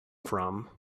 from